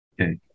Okay